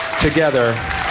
together